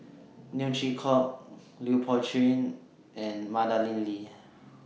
Neo Chwee Kok Lui Pao Chuen and Madeleine Lee